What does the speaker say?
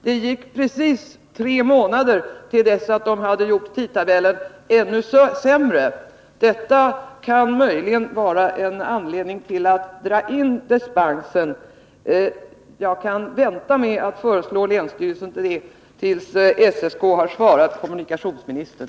Det gick precis tre månader till dess att SJ hade gjort tidtabellen ännu sämre. Detta kan möjligen vara en anledning till att dra in dispensen. Jag kan vänta med att föreslå länsstyrelsen det tills SSK har svarat kommunikationsministern.